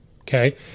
Okay